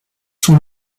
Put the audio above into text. sont